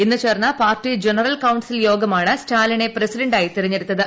ഇന്ന് ചേർന്ന party general council യോഗമാണ് സ്റ്റാലിനെ പ്രസിഡന്റായി തെരഞ്ഞെടുത്തത്